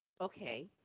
Okay